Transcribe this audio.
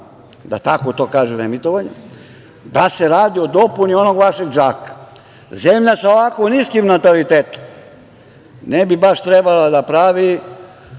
da tako to kažem, emitovanja da se radi o dopuni onog vašeg džaka. Zemlja sa lako niskim natalitetom ne bi baš trebala da pravi